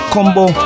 Combo